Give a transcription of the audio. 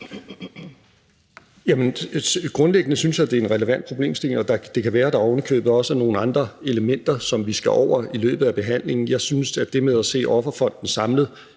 Grundlæggende synes jeg, det er en relevant problemstilling, og det kan ovenikøbet være, at der også er nogle andre elementer, som vi skal ind over i løbet af behandlingen. Jeg synes, at det med at se Offerfonden samlet